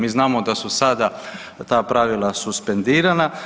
Mi znamo da su sada ta pravila suspendirana.